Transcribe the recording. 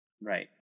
Right